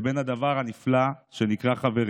לבין הדבר הנפלא שנקרא חברים.